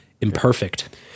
imperfect